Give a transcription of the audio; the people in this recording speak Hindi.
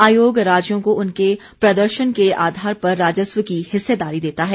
आयोग राज्यों को उनके प्रदर्शन के आधार पर राजस्व की हिस्सेदारी देता है